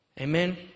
Amen